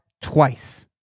twice